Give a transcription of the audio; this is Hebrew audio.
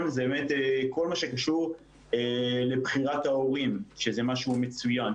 זה כל מה שקשור לבחירת ההורים שזה משהו מצוין,